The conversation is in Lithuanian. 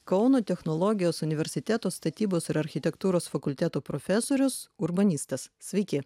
kauno technologijos universiteto statybos ir architektūros fakulteto profesorius urbanistas sveiki